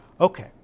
Okay